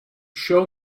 show